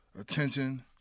attention